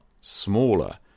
smaller